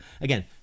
Again